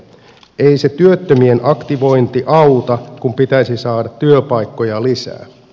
ei se työttömien aktivointi auta kun pitäisi saada työpaikkoja lisää